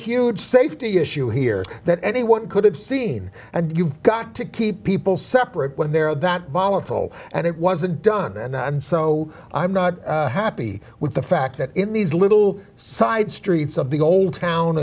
huge safety issue here that anyone could have seen and you've got to keep people separate when they're that volatile and it wasn't done and i'm so i'm not happy with the fact that in these little side streets of the old